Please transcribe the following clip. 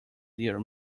dear